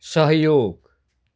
सहयोग